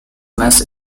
match